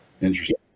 Interesting